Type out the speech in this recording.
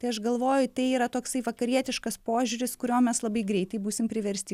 tai aš galvoju tai yra toksai vakarietiškas požiūris kurio mes labai greitai būsim priversti